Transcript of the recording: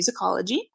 musicology